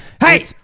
Hey